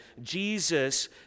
Jesus